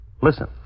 Listen